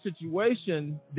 situation